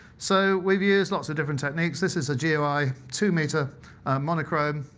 so we've used lots of different techniques. this is a geoeye two meter monochrome.